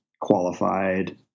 qualified